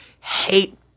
hate